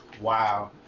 Wow